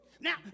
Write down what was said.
now